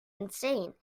insane